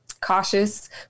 cautious